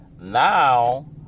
Now